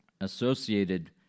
associated